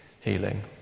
healing